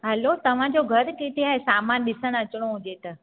हलो तव्हांजो घर किथे आहे सामानु ॾिसण अचणो हुजे त